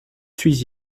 suis